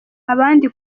abandi